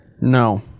No